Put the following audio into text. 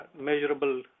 measurable